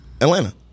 Atlanta